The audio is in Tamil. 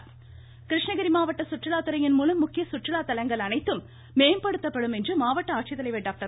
கிருஷ்ணகிரி கிருஷ்ணகிரி மாவட்ட சுற்றுலாத்துறையின் மூலம் முக்கிய சுற்றுலா தலங்கள் அனைத்தும் மேம்படுத்தப்படும் என்று மாவட்ட ஆட்சித்தலைாவர் டாக்டர்